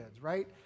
right